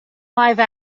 live